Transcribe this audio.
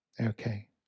Okay